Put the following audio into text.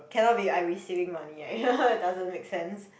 cannot be I receiving money right it doesn't make sense